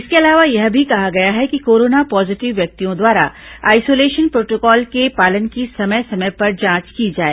इसके अलावा यह भी कहा गया है कि कोरोना पॉजीटिव व्यक्तियों द्वारा आइसोलेशन प्रोटोकॉल के पालन की समय समय पर जांच की जाए